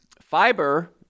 Fiber